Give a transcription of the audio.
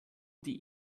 die